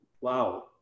wow